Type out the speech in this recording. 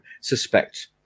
suspect